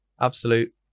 absolute